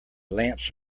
lamps